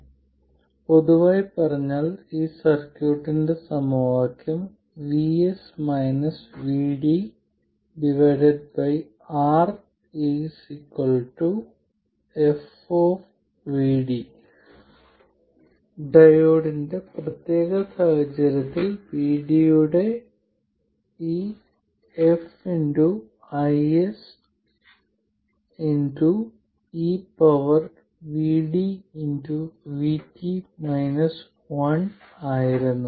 അതിനാൽ പൊതുവായി പറഞ്ഞാൽ ഈ സർക്യൂട്ടിന്റെ സമവാക്യം R f ഡയോഡിന്റെ പ്രത്യേക സാഹചര്യത്തിൽ VD യുടെ ഈ f IS ആയിരുന്നു